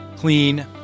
Clean